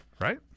right